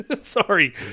Sorry